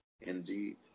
Indeed